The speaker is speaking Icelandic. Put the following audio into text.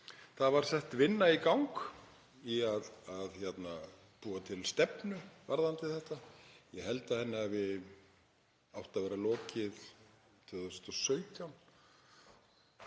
Það var sett vinna í gang við að búa til stefnu varðandi þetta. Ég held að henni hafi átti að vera lokið 2017